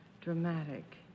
dramatic